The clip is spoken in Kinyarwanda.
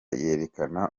yerekana